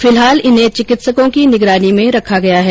फिलहाल इन्हें चिकित्सकों की निगरानी में रेखा गया है